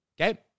okay